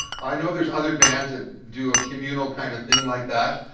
i know there's other bands that do a communal kind of thing like that.